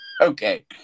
Okay